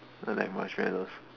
I like marshmallows